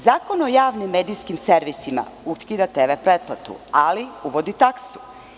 Zakon o javnim medijskim servisima ukida TV pretplatu, ali uvodi taksu.